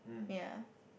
ya